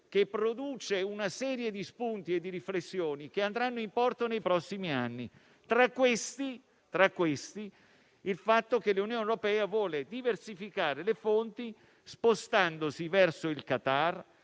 che produce una serie di spunti e riflessioni che andranno in porto nei prossimi anni; tra questi, il fatto che l'Unione europea vuole diversificare le fonti spostandosi verso il Qatar,